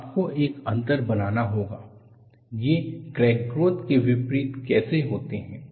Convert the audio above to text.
आपको एक अंतर बनाना होगा ये क्रैक ग्रोथ के विपरीत कैसे होते हैं